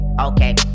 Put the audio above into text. Okay